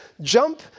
jump